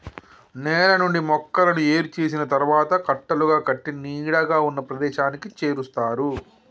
నేల నుండి మొక్కలను ఏరు చేసిన తరువాత కట్టలుగా కట్టి నీడగా ఉన్న ప్రదేశానికి చేరుస్తారు